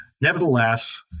Nevertheless